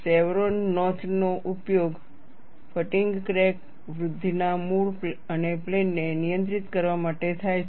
chevron નોચનો ઉપયોગ fatigue crack વૃદ્ધિના મૂળ અને પ્લેનને નિયંત્રિત કરવા માટે થાય છે